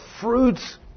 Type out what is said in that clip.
fruits